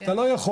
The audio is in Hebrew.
אתה לא יכול,